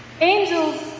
Angels